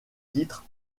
titres